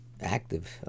active